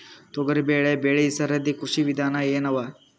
ತೊಗರಿಬೇಳೆ ಬೆಳಿ ಸರದಿ ಕೃಷಿ ವಿಧಾನ ಎನವ?